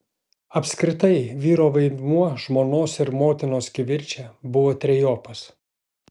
apskritai vyro vaidmuo žmonos ir motinos kivirče buvo trejopas